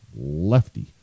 lefty